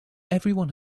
everyone